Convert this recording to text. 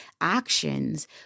actions